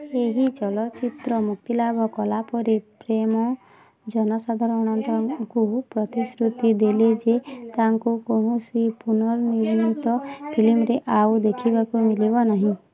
ଏହି ଚଳଚ୍ଚିତ୍ର ମୁକ୍ତିଲାଭ କଲାପରେ ପ୍ରେମ୍ ଜନସାଧାରଣଙ୍କୁ ପ୍ରତିଶୃତି ଦେଲେ ଯେ ତାଙ୍କୁ କୌଣସି ପୁନଃନିର୍ମିତ ଫିଲ୍ମରେ ଆଉ ଦେଖିବାକୁ ମିଳିବ ନାହିଁ